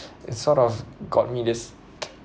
it's sort of got me this